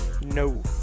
No